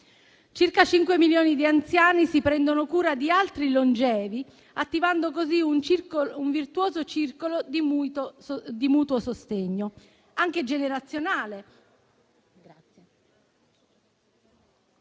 Circa 5 milioni di anziani si prendono cura di altri longevi, attivando così un virtuoso circolo di mutuo sostegno, anche generazionale,